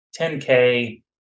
10K